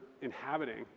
inhabiting